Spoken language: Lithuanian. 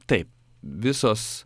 taip visos